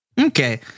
Okay